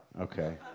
Okay